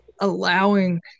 allowing